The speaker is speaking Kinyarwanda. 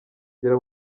ngera